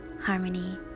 harmony